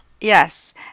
Yes